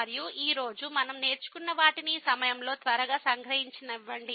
మరియు ఈ రోజు మనం నేర్చుకున్న వాటిని ఈ సమయంలో త్వరగా సంగ్రహించనివ్వండి